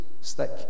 stick